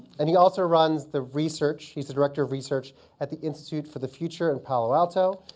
and he also runs the research. he's the director of research at the institute for the future in palo alto.